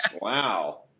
Wow